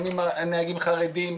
יש נהגים חרדים,